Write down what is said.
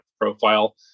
profile